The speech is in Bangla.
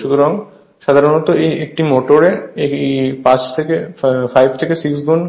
সুতরাং সাধারণত একটি মোটরে এই 5 থেকে 6 গুণ